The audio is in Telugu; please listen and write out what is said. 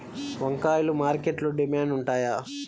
వంకాయలు మార్కెట్లో డిమాండ్ ఉంటాయా?